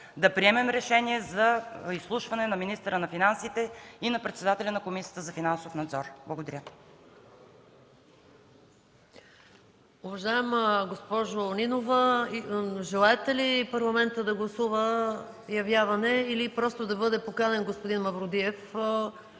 да приемем решение за изслушване на министъра на финансите и на председателя на Комисията за финансов надзор. Благодаря.